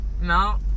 No